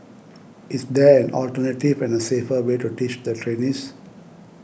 is there an alternative and a safer way to teach the trainees